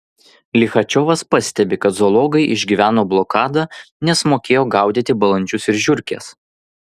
lichačiovas pastebi kad zoologai išgyveno blokadą nes mokėjo gaudyti balandžius ir žiurkes